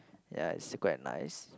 ya it's quite nice